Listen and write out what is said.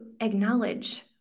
acknowledge